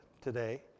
today